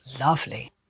lovely